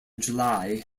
july